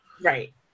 Right